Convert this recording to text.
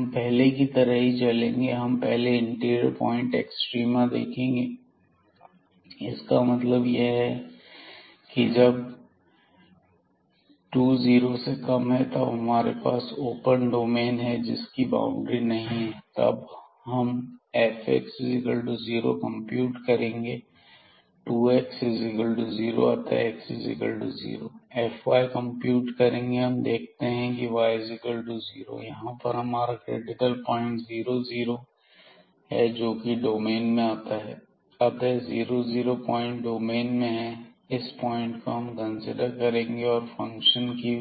हम पहले की तरह ही चलेंगे हम पहले इंटीरियर प्वाइंट पर एक्सट्रीमा देखेंगे इसका मतलब है कि जब 20 से कम है तो हमारे पास ओपन डोमेन है जिसकी बाउंड्री नहीं है तब हम fx0 कंप्यूट करेंगे जोकि 2x0 है अतः x0 हम fy0 कंप्यूट करेंगे और देखते हैं की y0 यहां पर हमारा क्रिटिकल प्वाइंट जीरो है जोकि डोमेन में आता है अतः 00 पॉइंट डोमेन में है इस पॉइंट को हम कंसीडर करेंगे और फंक्शन की